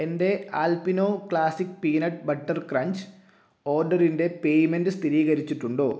എന്റെ Alpino classic peanut butter crunch ഓർഡറിന്റെ payment സ്ഥിരീകരിച്ചിട്ടുണ്ടോ